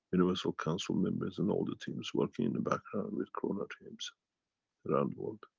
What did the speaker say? universal council members and all the teams working in the background with corona teams around the world.